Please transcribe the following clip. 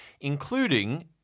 including